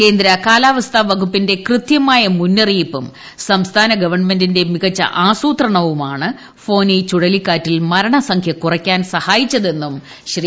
കേന്ദ്ര കാലാവസ്ഥാ വകുപ്പിന്റെ കൃത്യമായ മുന്നറിയിപ്പും സംസ്ഥാന ഗവണ്മെന്റിന്റെ മികച്ച ആസൂത്രണവുമാണ് ഫോനി ചുഴലിക്കാറ്റിൽ മരണസംഖ്യ കുറയ്ക്കാൻ സഹായിച്ചതെന്നും ശ്രീ